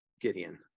Gideon